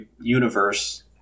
universe